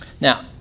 Now